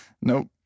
Nope